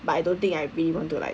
but I don't think I really want to like